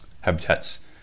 habitats